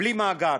בלי המאגר.